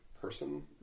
person